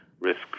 risk